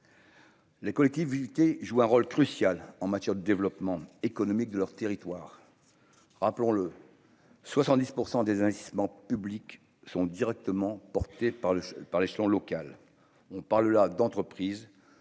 Les collectivités jouent un rôle crucial en matière de développement économique de leurs territoires, rappelons-le, 70 % des investissements publics sont directement porté par le par l'échelon local, on parle là d'entreprise